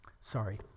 Sorry